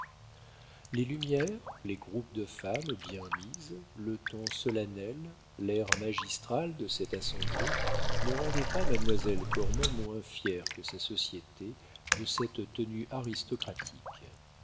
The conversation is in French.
les lumières les groupes de femmes bien mises le ton solennel l'air magistral de cette assemblée ne rendaient pas mademoiselle cormon moins fière que sa société de cette tenue aristocratique